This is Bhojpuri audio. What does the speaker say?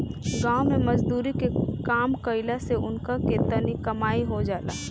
गाँव मे मजदुरी के काम कईला से उनका के तनी कमाई हो जाला